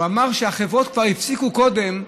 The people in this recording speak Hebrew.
הוא אמר שהחברות כבר הפסיקו קודם,